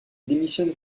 démissionne